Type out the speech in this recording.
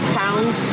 pounds